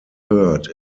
third